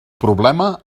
problema